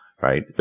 right